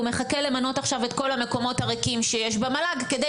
הוא מחכה למנות עכשיו את כל המקומות הריקים שיש במל"ג כדי